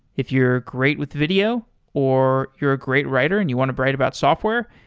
if you're great with video or you're a great writer and you want to write about software,